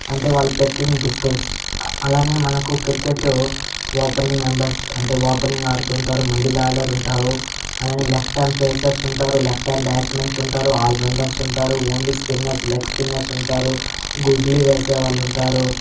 అంటే వాళ్ళు పెట్టిన డిస్టెన్స్ అలానే మనకు క్రికెటు ఓపెనింగ్ మెంబర్స్ అంటే ఓపెనింగ్ ఆడుతుంటారు మిడిల్ ఆర్డర్ ఉంటారు అలానే లెఫ్ట్ ఆర్మ్ ఫేసెస్ ఉంటారు లెఫ్ట్ ఆర్మ్ బ్యాట్మెన్స్ ఉంటారు ఆల్రౌండర్స్ ఉంటారు ఓన్లీ స్పిన్నర్స్ లెగ్ స్పిన్నర్స్ ఉంటారు గూగ్లీ వేసేవాళ్ళు ఉంటారు